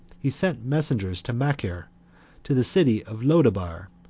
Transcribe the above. he sent messengers to machir, to the city of lodebar,